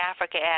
Africa